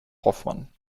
hofmann